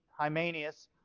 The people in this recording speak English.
Hymenius